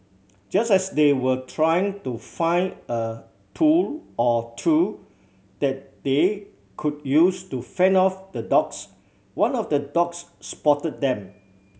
just as they were trying to find a tool or two that they could use to fend off the dogs one of the dogs spotted them